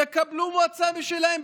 יקבלו מועצה משלהם,